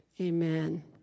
Amen